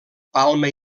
palma